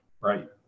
right